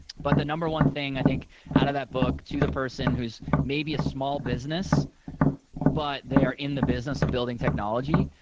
but the number one thing i think out of that book to the person who's maybe a small business but they are in the business of building technology,